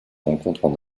rencontrent